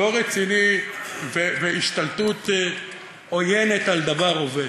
לא רציני והשתלטות עוינת על דבר עובד,